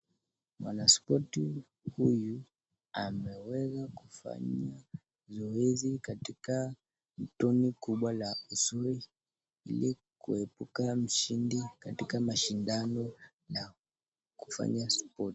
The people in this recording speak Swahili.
Mwanaspoti huyu, ameweza kufanya zoezi katika mtoni kubwa la uswei ili kuepuka mshindi katika mashindano, na katika spoti .